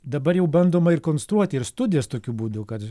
dabar jau bandoma ir konstruoti ir studijas tokiu būdu kad